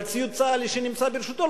על ציוד צה"לי שנמצא ברשותו,